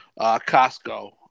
Costco